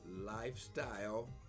Lifestyle